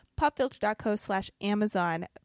Popfilter.co/slash/amazon